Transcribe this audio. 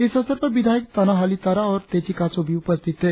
इस अवसर पर विधायक ताना हाली तारा और तेची कासो भी उपस्थित थे